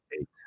eight